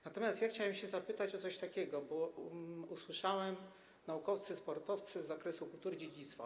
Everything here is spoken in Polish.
Natomiast chciałem się zapytać o coś takiego, bo usłyszałem: naukowcy, sportowcy, z zakresu kultury, dziedzictwa.